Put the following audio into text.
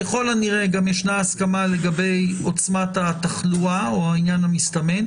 ככל הנראה גם יש הסכמה לגבי עוצמת התחלואה או העניין המסתמן.